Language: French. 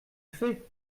fait